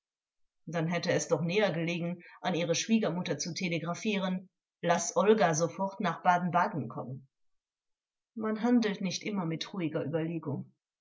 dann hätte es doch nähergelegen an ihre schwiegermutter zu telegraphieren laß olga sofort nach baden-baden kommen angekl man handelt nicht immer mit ruhiger überlegung